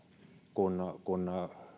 kun kun